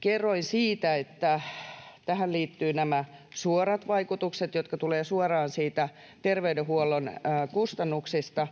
kerroin siitä, että tähän liittyy nämä suorat vaikutukset, jotka tulevat suoraan niistä terveydenhuollon kustannuksista,